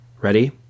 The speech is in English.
Ready